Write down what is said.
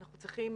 אנחנו צריכים